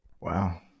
wow